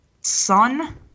son